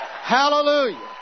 Hallelujah